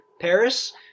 Paris